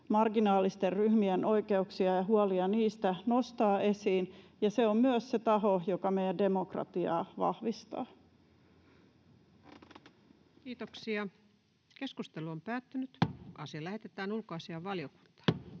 marginaalisten ryhmien oikeuksia ja huolia niistä nostaa esiin, ja se on myös se taho, joka meidän demokratiaa vahvistaa. Ainoaan käsittelyyn esitellään päiväjärjestyksen 11. asia. Käsittelyn